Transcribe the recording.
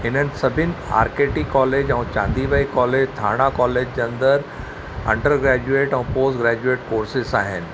हिननि सभिनि R K T college ऐं चांदी बाई कॉलेज ठाणा कॉलेज जे अंदरि अंडरग्रेजुएट ऐं पोस्ट ग्रेजुएट कोर्सेस आहिनि